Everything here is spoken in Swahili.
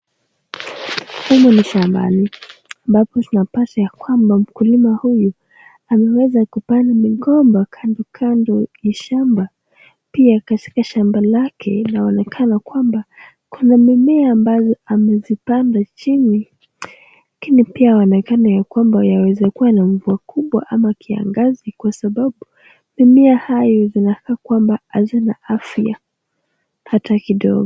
Hii ni shamba ambapo tunapata mkulima huyu ameweza kupanda migomba kando kando ya shamba pia katika shamba lake inaonekana kwamba kuna mimea ambazo amezipanda chini, lakini pia yaonekana kwamba yaweza kua ni mvua kubwa ama kiangazi kwa sababu mimea hayo zinakaa kwamba hazina afya ata kidogo.